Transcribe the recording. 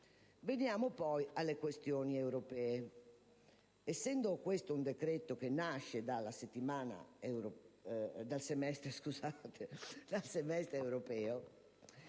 Veniamo poi alle questioni europee. Trattandosi di decreto che nasce dal semestre europeo,